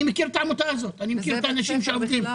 אני מכיר את העמותה, מכיר את האנשים שעובדים בה.